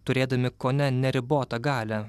turėdami kone neribotą galią